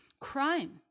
crime